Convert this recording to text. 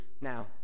now